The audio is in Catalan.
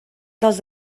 dels